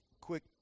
quick